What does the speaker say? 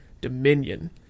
dominion